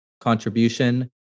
contribution